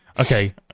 okay